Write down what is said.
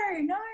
no